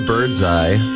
Birdseye